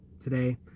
today